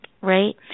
right